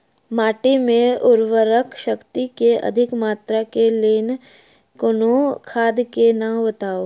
माटि मे उर्वरक शक्ति केँ अधिक मात्रा केँ लेल कोनो खाद केँ नाम बताऊ?